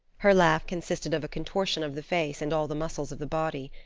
her laugh consisted of a contortion of the face and all the muscles of the body.